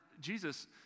Jesus